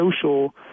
social